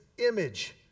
image